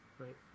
Right